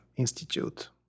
Institute